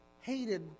hated